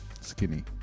skinny